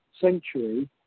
century